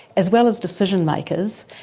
as well as decision-makers,